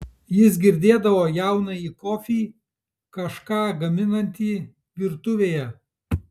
jis girdėdavo jaunąjį kofį kažką gaminantį virtuvėje